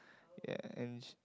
yeah and she